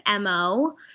MO